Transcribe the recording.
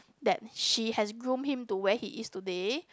that she has groom him to where he is today